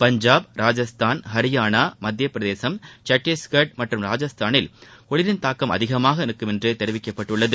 பஞ்சாட் ராஜஸ்தான் ஹரியானா மத்தியப்பிரதேசம் சத்தீஷ்கட் மற்றும் ராஜஸ்தானில் குளிரின் தாக்கம் அதிகமாக இருக்கும் என்று தெரிவிக்கப்பட்டுள்ளது